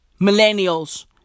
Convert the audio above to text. Millennials